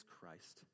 Christ